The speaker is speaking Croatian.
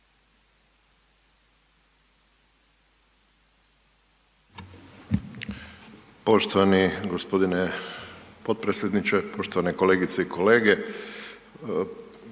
lijepa gospodine potpredsjedniče. Poštovane kolegice i kolege,